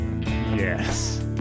Yes